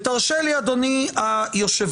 תרשה לי, אדוני היושב-ראש,